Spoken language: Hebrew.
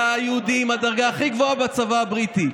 היה היהודי עם הדרגה הכי גבוהה בצבא הבריטי.